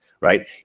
Right